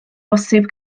bosib